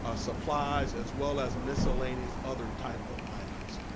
ah supplies, as well as miscellaneous other type of items.